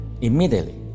immediately